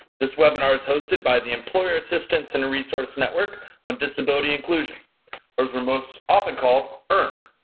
this webinar is hosted by the employer assistance and resource network on disability inclusion or as we are most often called earn.